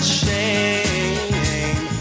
shame